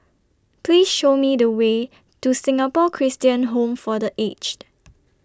Please Show Me The Way to Singapore Christian Home For The Aged